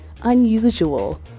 unusual